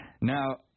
Now